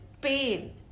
pain